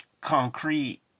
concrete